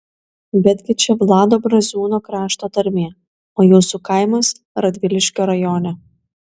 betgi čia vlado braziūno krašto tarmė o jūsų kaimas radviliškio rajone